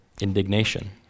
indignation